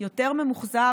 יותר ממוחזר.